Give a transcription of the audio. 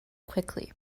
quickly